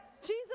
Jesus